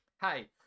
Hey